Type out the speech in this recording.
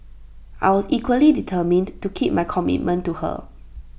I was equally determined to keep my commitment to her